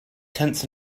tense